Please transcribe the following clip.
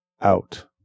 out